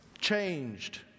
changed